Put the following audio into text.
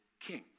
king